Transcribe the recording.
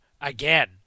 again